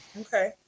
Okay